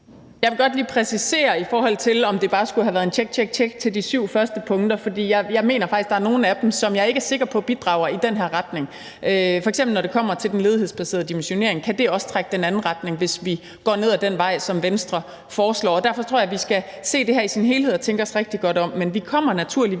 Jeg vil godt lige præcisere noget i forhold til det med, at det bare skulle være tjek, tjek, tjek til de syv første punkter, for jeg mener faktisk, at der er nogle af dem, jeg ikke er sikker på bidrager i den her retning. Det er f.eks., når det kommer til den ledighedsbaserede dimensionering, som også kan trække i den anden retning, hvis vi går ned ad den vej, som Venstre foreslår. Derfor tror jeg, at vi skal se det her i sin helhed og tænke os rigtig godt om. Men vi kommer naturligvis